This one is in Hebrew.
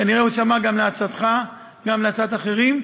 כנראה הוא שמע גם לעצתך וגם לעצת אחרים,